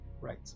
Right